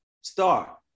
star